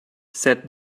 said